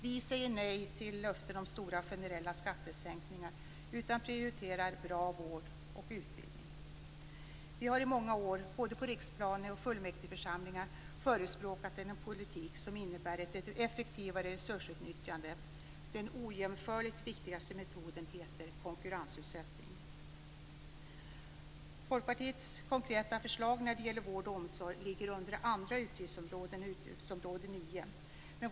Vi säger nej till löften om stora generella skattesänkningar, men prioriterar bra vård och utbildning. Vi har i många år, både på riksplanet och i fullmäktigeförsamlingar, förespråkat en politik som innebär ett effektivare resursutnyttjande. Den ojämförligt viktigaste metoden heter konkurrensutsättning. Folkpartiet liberalernas konkreta förslag när det gäller vård och omsorg ligger under andra utgiftsområden än utgiftsområde 9.